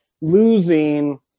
losing